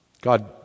God